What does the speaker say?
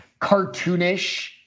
cartoonish